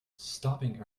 stopping